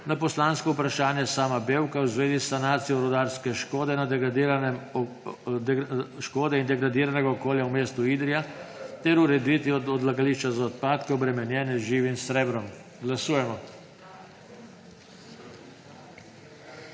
na poslansko vprašanje Sama Bevka v zvezi s sanacijo rudarske škode in degradiranega okolja v mestu Idrija ter ureditvijo odlagališča za odpadke, obremenjene z živim srebrom. Glasujemo.